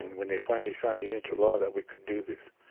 and when they finally signed it into law that we could do this,